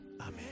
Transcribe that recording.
Amen